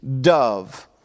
dove